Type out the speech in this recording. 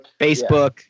Facebook